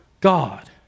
God